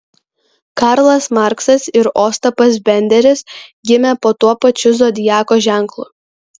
karlas marksas ir ostapas benderis gimė po tuo pačiu zodiako ženklu